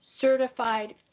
Certified